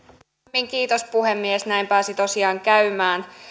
elovaara kiitos puhemies näin pääsi tosiaan käymään